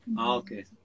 Okay